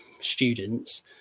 students